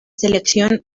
selección